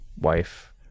wife